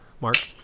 Mark